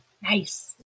Nice